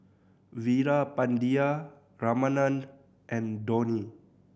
Veerapandiya Ramanand and Dhoni